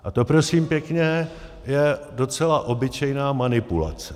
A to prosím pěkně je docela obyčejná manipulace.